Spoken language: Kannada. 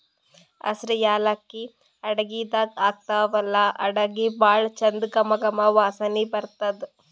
ಹಸ್ರ್ ಯಾಲಕ್ಕಿ ಅಡಗಿದಾಗ್ ಹಾಕ್ತಿವಲ್ಲಾ ಅಡಗಿ ಭಾಳ್ ಚಂದ್ ಘಮ ಘಮ ವಾಸನಿ ಬರ್ತದ್